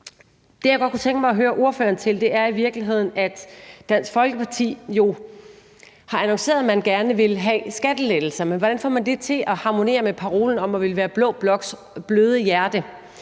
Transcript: Det, jeg godt kunne tænke mig at høre ordføreren om, er i virkeligheden det her med, at Dansk Folkeparti jo har annonceret, at man gerne ville have skattelettelser. Men hvordan får man det til at harmonere med parolen om at ville være blå bloks bløde hjerte,